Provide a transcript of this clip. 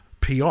PR